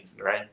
right